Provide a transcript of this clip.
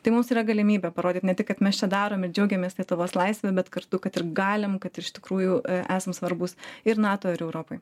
tai mums yra galimybė parodyt ne tik kad mes čia darom džiaugiamės lietuvos laisve bet kartu kad ir galim kad iš tikrųjų esam svarbūs ir nato ir europai